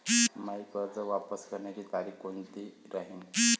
मायी कर्ज वापस करण्याची तारखी कोनती राहीन?